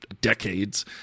decades